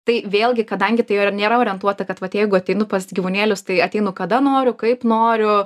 tai vėlgi kadangi tai nėra orientuota kad vat jeigu ateinu pas gyvūnėlius tai ateinu kada noriu kaip noriu